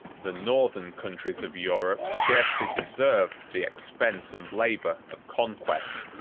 the northern countries of europe scarcely deserved the expense and labor of conquest.